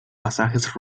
pasajes